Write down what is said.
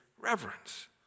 reverence